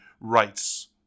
rights